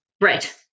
Right